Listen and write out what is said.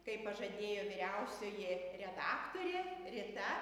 kaip pažadėjo vyriausioji redaktorė rita